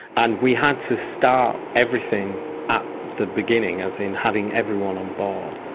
and we had to start everything at the beginning, as in having everyone on board.